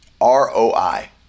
R-O-I